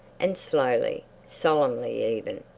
and slowly, solemnly even,